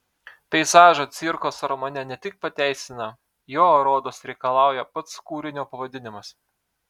peizažą cvirkos romane ne tik pateisina jo rodos reikalauja pats kūrinio pavadinimas